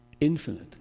Infinite